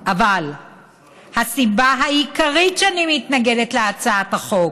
אבל הסיבה העיקרית שאני מתנגדת להצעת החוק